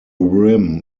rim